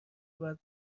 باید